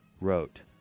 wrote